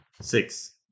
Six